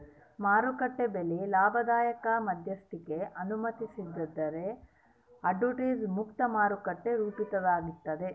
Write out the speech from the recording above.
ಮಾರುಕಟ್ಟೆ ಬೆಲೆ ಲಾಭದಾಯಕ ಮಧ್ಯಸ್ಥಿಕಿಗೆ ಅನುಮತಿಸದಿದ್ದರೆ ಆರ್ಬಿಟ್ರೇಜ್ ಮುಕ್ತ ಮಾರುಕಟ್ಟೆ ರೂಪಿತಾಗ್ತದ